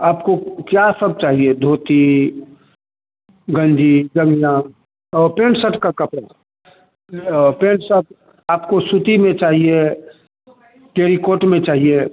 आपको क्या सब चाहिए धोती गंजी बनियान और पेन्ट सर्ट का कपड़ा पेन्ट सर्ट आपको सूती में चाहिए टेरिकोट में चाहिए